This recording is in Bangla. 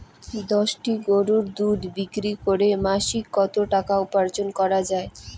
দশটি গরুর দুধ বিক্রি করে মাসিক কত টাকা উপার্জন করা য়ায়?